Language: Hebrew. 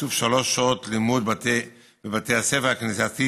תקצוב שלוש שעות לימוד בתי הכנסייתיים,